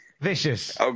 Vicious